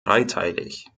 dreiteilig